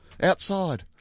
Outside